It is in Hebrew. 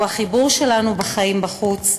הוא החיבור שלנו בחיים בחוץ,